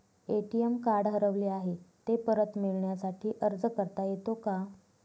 ATM card हरवले आहे, ते परत मिळण्यासाठी अर्ज करता येतो का?